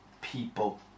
people